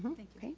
um thank you.